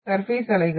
surface அலைகள்